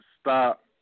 stop